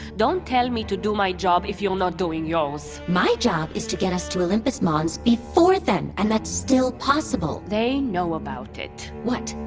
don't tell me to do my job if you're not doing yours my job is to get us to olympus mons before them, and that's still possible they know about it what?